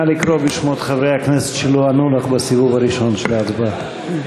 נא לקרוא בשמות חברי הכנסת שלא ענו לך בסיבוב הראשון של ההצבעה.